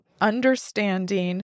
understanding